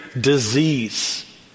disease